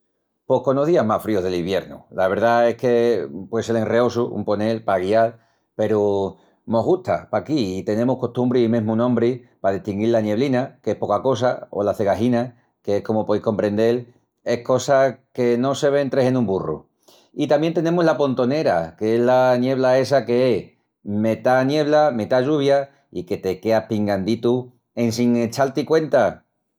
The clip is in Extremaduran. Pos conos días más fríus del iviernu. La verdá es que pue sel enreosu, un ponel, pa guial, peru mos gusta paquí i tenemus costumbri i mesmu nombri pa destinguil la nieblina, que es poca cosa, o la cegajina, que comu poís comprendel, es cosa que no se ven tres en un burru. I tamién tenemus la pontonera, que es la niebla essa que es metá niebla, metá lluvia, i que te queas pinganditu en sin echal-ti cuenta.